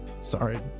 Sorry